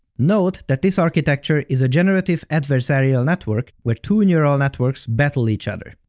note that this architecture is a generative adversarial network, where two neural networks battle each other.